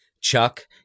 Chuck